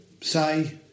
Say